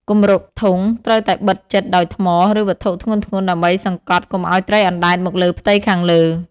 គម្របធុង ត្រូវតែបិទជិតដោយថ្ម ឬវត្ថុធ្ងន់ៗ ដើម្បីសង្កត់កុំឱ្យត្រីអណ្តែតមកលើផ្ទៃខាងលើ។